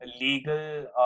legal